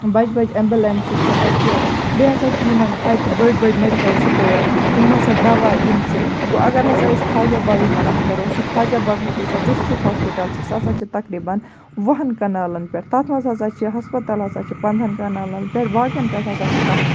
بَجہٕ بَجہٕ ایٚمبُلینسہِ چھِ اَتہِ بیٚیہِ ہَسا چھِ یِمَن اَتہِ بٔڑۍ بٔڑۍ میٚڈِکٕل سٹور یِم ہَسا دَوا یِم چھِ گوٚو اَگَر ہَسا أسۍ خاجہ باغٕچ کتھ کَرو سُہ خاجہ باغُک یُس سا ڈِسٹرک ہاسپِٹَل چھُ سُہ ہَسا چھُ تَقریباً وُہَن کَنالَن پٮ۪ٹھ تتھ مَنٛز ہَسا چھ ہَسپَتال ہَسا چھ پَنٛدہَن کَنالَن پٮ۪ٹھ باقیَن پٮ۪ٹھ ہَسا چھِ تَتھ